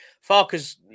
Farkas